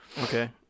Okay